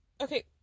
okay